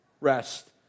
rest